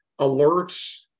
alerts